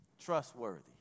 Trustworthy